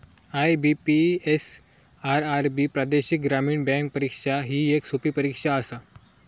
IBPS, RRB प्रादेशिक ग्रामीण bank परीक्षा ही येक सोपी परीक्षा आसा